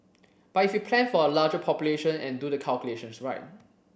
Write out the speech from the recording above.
but if we plan for a larger population and do the calculations right